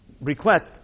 request